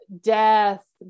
death